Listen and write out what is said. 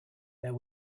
there